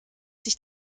sich